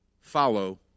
follow